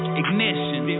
ignition